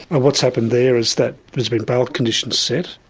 and what's happened there is that there's been bail conditions set,